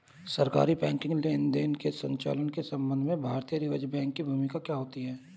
सरकारी बैंकिंग लेनदेनों के संचालन के संबंध में भारतीय रिज़र्व बैंक की भूमिका क्या होती है?